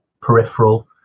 peripheral